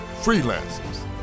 freelancers